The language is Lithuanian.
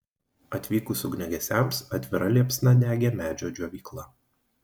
atvykus ugniagesiams atvira liepsna degė medžio džiovykla